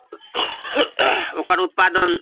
ओकर उत्पादन